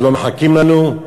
לא מחכים לנו?